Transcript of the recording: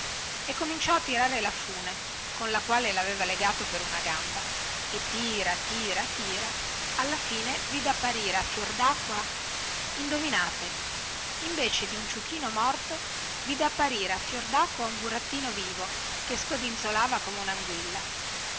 e cominciò a tirare la fune con la quale lo aveva legato per una gamba e tira tira tira alla fine vide apparire a fior dacqua indovinate invece di un ciuchino morto vide apparire a fior dacqua un burattino vivo che scodinzolava come unanguilla